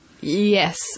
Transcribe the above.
Yes